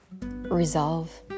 resolve